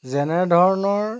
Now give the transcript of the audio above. যেনেধৰণৰ